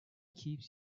keeps